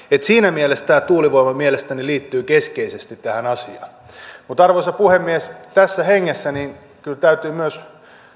siinä mielessä tuulivoima mielestäni liittyy keskeisesti tähän asiaan mutta arvoisa puhemies tässä hengessä kyllä täytyy myös